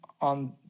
on